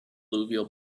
alluvial